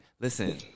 listen